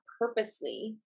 purposely